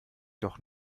doch